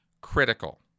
critical